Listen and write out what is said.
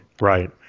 Right